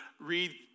read